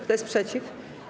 Kto jest przeciw?